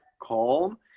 calm